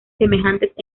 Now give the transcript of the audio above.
semejantes